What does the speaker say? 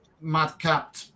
madcap